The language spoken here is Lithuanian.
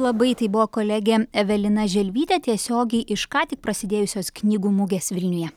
labai tai buvo kolegė evelina želvytė tiesiogiai iš ką tik prasidėjusios knygų mugės vilniuje